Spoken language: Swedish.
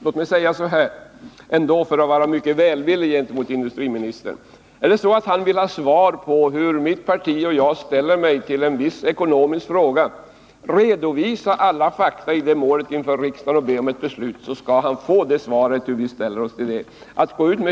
Låt mig säga så här för att vara mycket välvillig mot industriministern: Är det så att industriministern vill ha svar på hur mitt parti och jag ställer oss till en viss ekonomisk fråga, redovisa då alla fakta i målet inför riksdagen och be om ett beslut. Då skall industriministern få svar på hur vi ställer oss till detta.